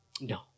No